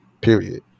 Period